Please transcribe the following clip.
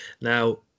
Now